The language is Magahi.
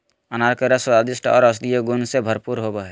अनार के रस स्वादिष्ट आर औषधीय गुण से भरपूर होवई हई